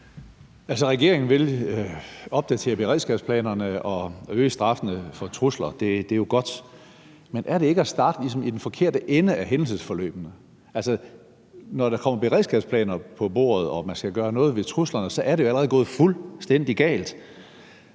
regeringen vil opdatere beredskabsplanerne og øge straffene for trusler. Det er jo godt, men er det ikke ligesom at starte i den forkerte ende af hændelsesforløbene? Når der kommer beredskabsplaner på bordet og man skal gøre noget ved truslerne, er det jo allerede gået fuldstændig galt.